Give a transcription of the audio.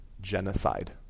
genocide